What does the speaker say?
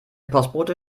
postbote